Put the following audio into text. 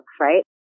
right